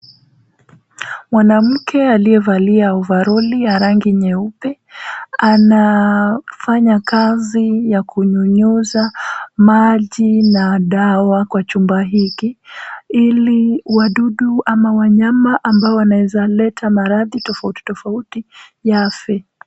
Mwanamke aliyevalia ovaroli ya rangi ya nyeupe, anafanya kazi ya kunyunyuza maji na dawa kwa chumba hiki ili wadudu ama wanyama ambao wanaweza leta maradhi tofauti tofauti yafe.